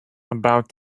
about